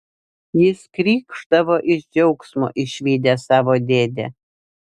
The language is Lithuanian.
jis krykšdavo iš džiaugsmo išvydęs savo dėdę